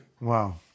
Wow